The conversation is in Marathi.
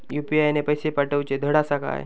यू.पी.आय ने पैशे पाठवूचे धड आसा काय?